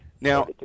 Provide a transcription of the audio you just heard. Now